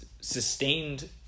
sustained